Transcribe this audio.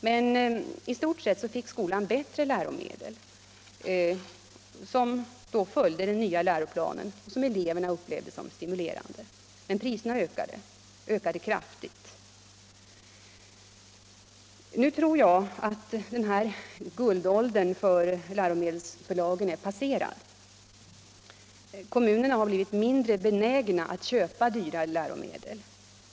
Men i stort sett fick skolan bättre läromedel, som följde den nya läroplanen och som eleverna upplevde som stimulerande. Men priserna ökade — kraftigt! Nu tror jag att den här guldåldern för läromedelsförlagen är passerad. Kommunerna har blivit mindre benägna att köpa dyra läromedel.